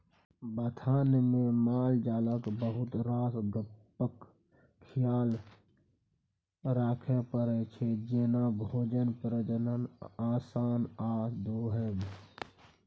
बथानमे मालजालक बहुत रास गप्पक खियाल राखय परै छै जेना भोजन, प्रजनन, आराम आ दुहब